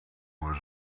was